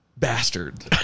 Bastard